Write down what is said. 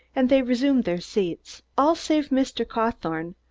and they resumed their seats all save mr. cawthorne,